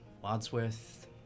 Wadsworth